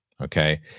okay